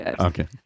Okay